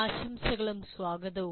ആശംസകളും സ്വാഗതവും